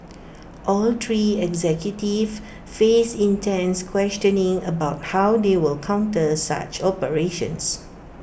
all three executives faced intense questioning about how they will counter such operations